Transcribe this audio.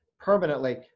permanently